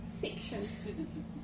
fiction